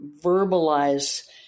verbalize